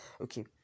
Okay